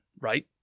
right